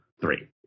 three